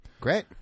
great